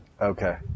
Okay